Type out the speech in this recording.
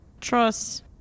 Trust